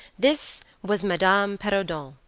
this was madame perrodon,